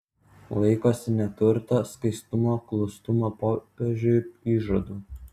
laikosi neturto skaistumo klusnumo popiežiui įžadų